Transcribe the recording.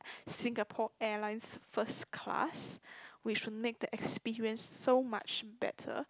Singapore Airlines first class which will make the experience so much better